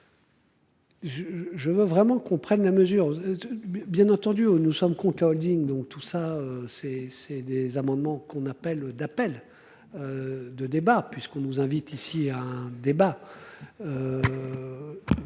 je veux vraiment qu'on prenne la mesure. Bien entendu, nous sommes contents Holding donc tout ça c'est c'est des amendements qu'on appelle d'appel. De débat puisqu'on nous invite ici à un débat.